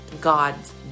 God's